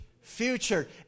Future